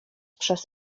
przez